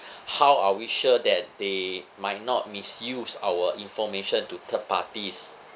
how are we sure that they might not misuse our information to third parties